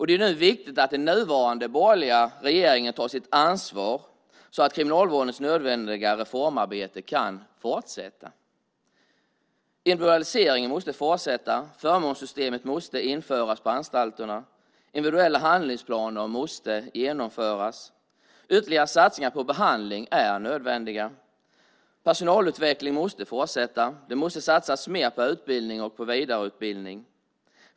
Det är nu viktigt att den nuvarande borgerliga regeringen tar sitt ansvar så att Kriminalvårdens nödvändiga reformarbete kan fortsätta. Individualiseringen måste fortsätta. Förmånssystemet måste införas på anstalterna. Individuella handlingsplaner måste genomföras. Ytterligare satsningar på behandling är nödvändiga. Personalutvecklingen måste fortsätta. Det måste satsas mer på utbildning och vidareutbildning.